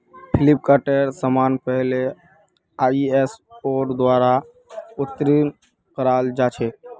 फ्लिपकार्टेर समान पहले आईएसओर द्वारा उत्तीर्ण कराल जा छेक